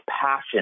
passion